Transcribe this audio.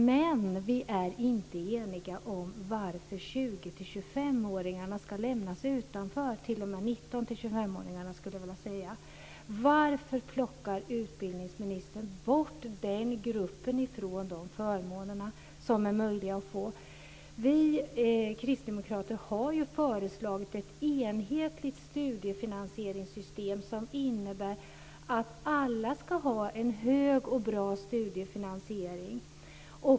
Men vi är inte eniga om varför 19-25-åringarna ska lämnas utanför. Varför plockar utbildningsministern bort den gruppen från de förmåner som är möjliga att få? Vi kristdemokrater har föreslagit ett enhetligt studiefinansieringssystem som innebär att alla ska ha en hög och bra studiefinansiering.